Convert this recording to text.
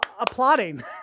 applauding